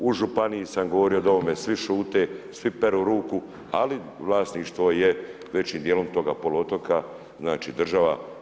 U županiji sam govorio o ovome svi šute, svi peru ruku ali vlasništvo je većim dijelom toga poluotoka država.